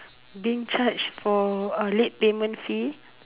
being charged for uh late payment fee